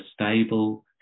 stable